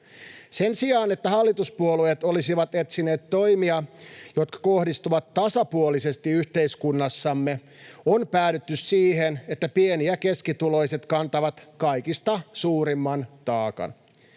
Sen sijaan, että hallituspuolueet olisivat etsineet toimia, jotka kohdistuvat tasapuolisesti yhteiskunnassamme, on päädytty siihen, että pieni- ja keskituloiset kantavat kaikista suurimman taakan,